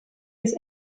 des